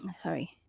sorry